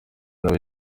nawe